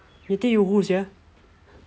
you think you who sia